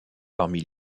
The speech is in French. parmi